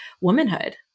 womanhood